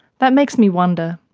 that makes me wonder,